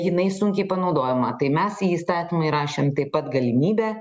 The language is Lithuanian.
jinai sunkiai panaudojama tai mes į įstatymą įrašėm taip pat galimybę